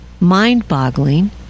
mind-boggling